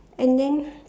and then